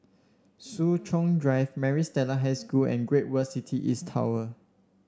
Soo Chow Drive Maris Stella High School and Great World City East Tower